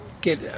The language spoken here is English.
get